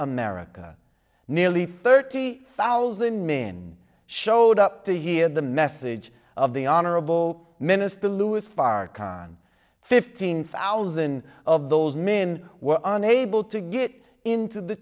america nearly thirty thousand men showed up to hear the message of the honorable minister louis farrakhan fifteen thousand of those men were unable to get into the